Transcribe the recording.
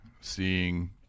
seeing